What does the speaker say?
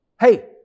hey